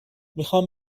میخام